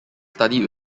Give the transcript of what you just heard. studied